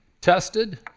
tested